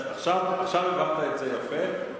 עכשיו הבהרת את זה יפה.